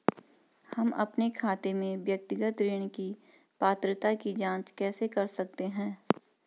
हम अपने खाते में व्यक्तिगत ऋण की पात्रता की जांच कैसे कर सकते हैं?